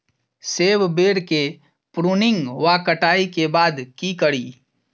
सेब बेर केँ प्रूनिंग वा कटाई केँ बाद की करि?